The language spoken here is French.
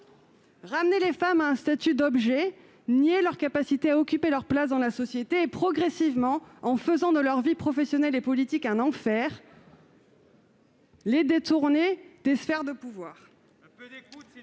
ramener les femmes à un statut d'objet, nier leur capacité à occuper leur place dans la société et, progressivement, en faisant de leur vie professionnelle et politique un enfer, les détourner des sphères de pouvoir.